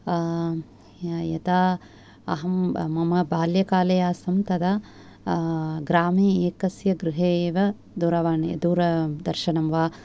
यदा अहं मम बाल्यकाले आसं तदा ग्रामे एकस्य गृहे एव दूरवाणी दूरदर्शनं वा